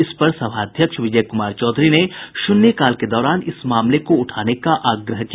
इस पर सभाध्यक्ष विजय कुमार चौधरी ने शून्यकाल के दौरान इस मामले को उठाने का आग्रह किया